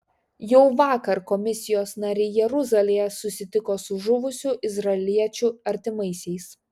jau vakar komisijos nariai jeruzalėje susitiko su žuvusių izraeliečių artimaisiais